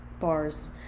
bars